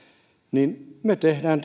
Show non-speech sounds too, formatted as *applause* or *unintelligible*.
niin me teemme *unintelligible*